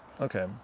Okay